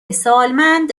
سالمند